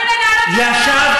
יש,